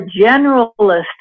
generalist